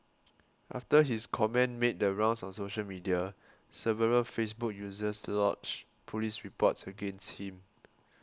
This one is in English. after his comment made the rounds on social media several Facebook users lodged police reports against him